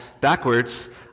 backwards